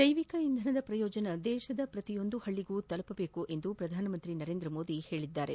ಜ್ಯೆವಿಕ ಇಂಧನದ ಪ್ರಯೋಜನ ದೇಶದ ಪ್ರತಿ ಹಳ್ಳಿಗೂ ತಲುಪಬೇಕು ಎಂದು ಪ್ರಧಾನಮಂತ್ರಿ ನರೇಂದ್ರ ಮೋದಿ ಹೇಳಿದ್ದಾರೆ